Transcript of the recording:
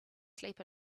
sleep